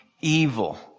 Evil